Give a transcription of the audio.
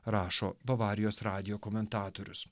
rašo bavarijos radijo komentatorius